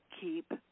keep